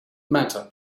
matter